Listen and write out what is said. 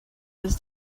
was